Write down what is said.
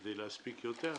כדי להספיק יותר,